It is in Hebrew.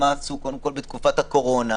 מה עשו בתקופת הקורונה,